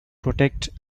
protect